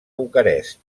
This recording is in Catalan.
bucarest